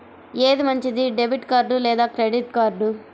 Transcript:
ఏది మంచిది, debit card లేదా క్రెడిట్ కార్డ్?